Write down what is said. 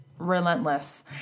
relentless